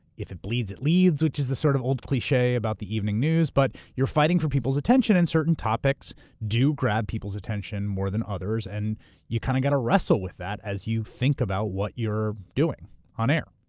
if it bleeds, it leads, which is the sort of old cliche about the evening news. but you're fighting for people's attention, and certain topics do grab people's attention more than others, and you kind of got to wrestle with that as you think about what you're doing on air.